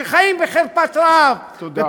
שחיים בחרפת רעב, תודה רבה.